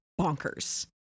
bonkers